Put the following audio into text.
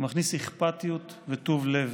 אתה מכניס אכפתיות וטוב לב.